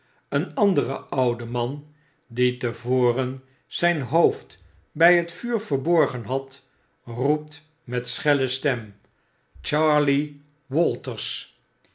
een andere oude man die te voren zyn hoofd bij het vuur verborgen had roept met schelle stem charley walters